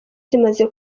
zimaze